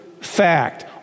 fact